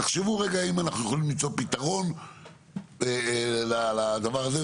תחשבו רגע אם אנחנו יכולים למצוא פתרון לדבר הזה.